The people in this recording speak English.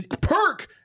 Perk